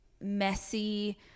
messy